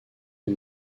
que